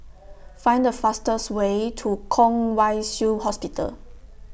Find The fastest Way to Kwong Wai Shiu Hospital